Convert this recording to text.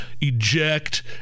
eject